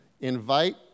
invite